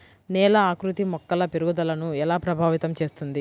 నేల ఆకృతి మొక్కల పెరుగుదలను ఎలా ప్రభావితం చేస్తుంది?